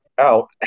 out